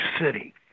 City